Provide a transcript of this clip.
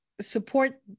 support